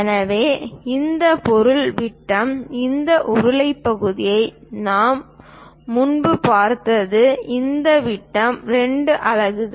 எனவே இந்த பொருளின் விட்டம் இந்த உருளை பகுதியை நாம் முன்பு பார்த்தது இந்த விட்டம் 2 அலகுகள்